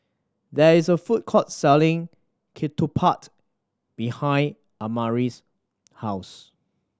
there is a food court selling ketupat behind Amare's house